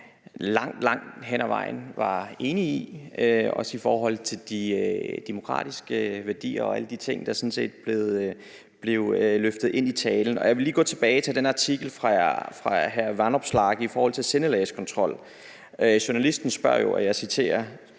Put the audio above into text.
langt hen ad vejen var enig i, også i forhold til de demokratiske værdier og alle de ting, der blev løftet ind i talen. Jeg vil lige gå tilbage til artiklen med hr. Alex Vanopslagh i forhold til sindelagskontrol. Journalisten spørger, og jeg citerer: